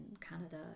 Canada